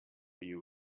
you